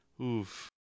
Oof